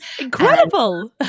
Incredible